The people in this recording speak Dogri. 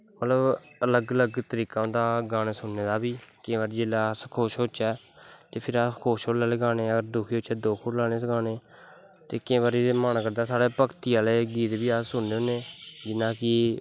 मतलव अलग अलग तरीका होंदा गानें सुननें दा बी केंई बारी अस जिसलै खुश होचै ते फिर अस खुशहोनें आह्ले गानें ते जिसलै अस दुखी होचै दुख आह्ले गनें ते केंई बारी मन करदा साढ़ा अस भगतिूी आह्ले गीनें बू सुननें होनें जियां कि